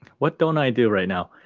what don't i do right now?